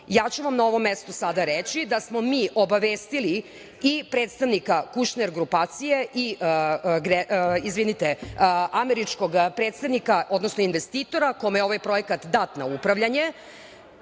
ja ću vam sada na ovom mestu reći da smo mi obavestili i predstavnika Kušner grupacije, izvinite američkog predstavnika odnosno investitora, kome je ovaj projekat dat na upravljanje,